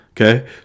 Okay